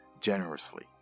generously